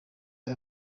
aya